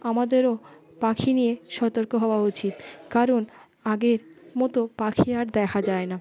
আমাদেরও পাখি নিয়ে সতর্ক হওয়া উচিত কারণ আগের মতো পাখি আর দেখা যায় না